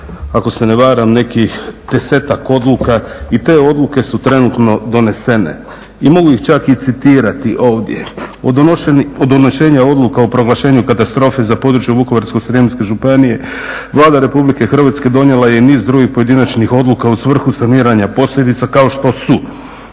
ako se ne varam, nekih 10-ak odluka i te odluke su trenutno donesene i mogu ih čak i citirati ovdje. Od donošenja odluka o proglašenju katastrofe za područje Vukovarsko-srijemske županije Vlada Republike Hrvatske donijela je niz drugih pojedinačnih odluka u svrhu saniranja posljedica, kao što su